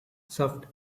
soft